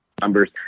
numbers